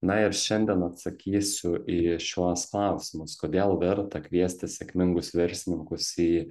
na ir šiandien atsakysiu į šiuos klausimus kodėl verta kviesti sėkmingus verslininkus į